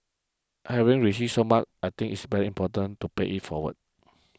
having received so much I think it's very important to pay it forward